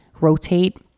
rotate